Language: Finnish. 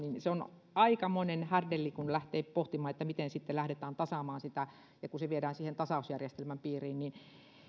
on aikamoinen härdelli kun lähtee pohtimaan miten sitten lähdetään tasaamaan sitä ja kun se viedään siihen tasausjärjestelmän piiriin niin